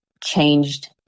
changed